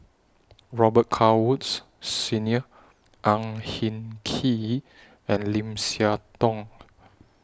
Robet Carr Woods Senior Ang Hin Kee and Lim Siah Tong